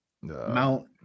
Mount